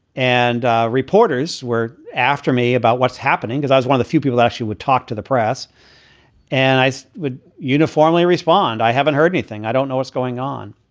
and ah reporters were after me about what's happening because i was one of the few people that you would talk to the press and i so would uniformly respond. i haven't heard anything. i don't know what's going on.